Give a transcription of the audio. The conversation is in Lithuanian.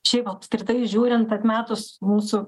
šiaip apskritai žiūrint atmetus mūsų